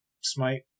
Smite